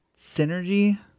synergy